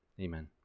Amen